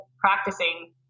practicing